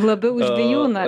labiau už vijūną